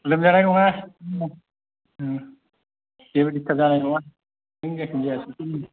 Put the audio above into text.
लोमजानाय नङा जेबो दिसथाब जानाय नङा नों जायखि जाया